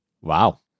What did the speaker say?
Wow